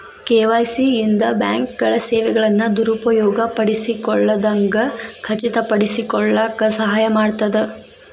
KYC ಇಂದ ಬ್ಯಾಂಕ್ಗಳ ಸೇವೆಗಳನ್ನ ದುರುಪಯೋಗ ಪಡಿಸಿಕೊಳ್ಳದಂಗ ಖಚಿತಪಡಿಸಿಕೊಳ್ಳಕ ಸಹಾಯ ಮಾಡ್ತದ